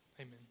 amen